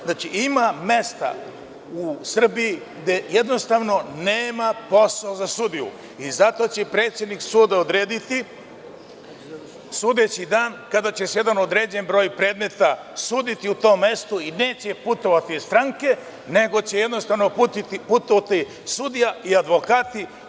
Ima mesta u Srbiji gde jednostavno nema posla za sudiju i zato će predsednik suda odrediti sudeći dan, kada će se jedan određen broj predmeta suditi u tom mestu i neće putovati stranke, nego će jednostavno putovati sudija i advokati.